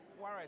worried